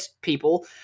people